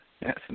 Yes